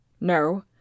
No